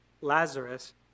Lazarus